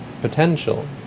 potential